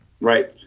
Right